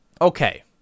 okay